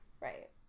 Right